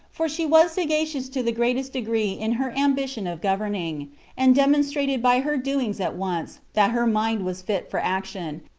for she was sagacious to the greatest degree in her ambition of governing and demonstrated by her doings at once, that her mind was fit for action,